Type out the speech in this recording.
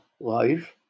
life